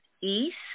East